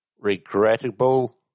Regrettable